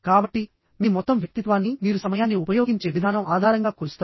కాబట్టిమీ మొత్తం వ్యక్తిత్వాన్ని మీరు సమయాన్ని ఉపయోగించే విధానం ఆధారంగా కొలుస్తారు